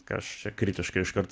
kas čia kritiškai iškart